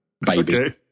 baby